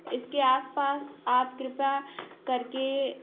इसके आसपास आप कृपा करके